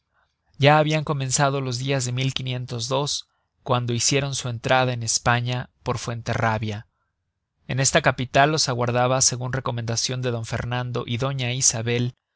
ya habian comenzado los dias de cuando hicieron su entrada en españa por fuenterrabia en esta capital los aguardaba segun recomendacion de d fernando y doña isabel